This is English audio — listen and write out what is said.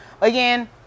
Again